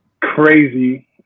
Crazy